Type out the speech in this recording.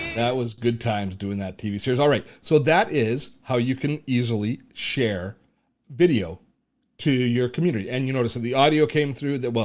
that was good times doing that tv series. all right, so that is how you can easily share video to your community. and you notice that the audio came through. well,